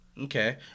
Okay